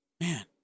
man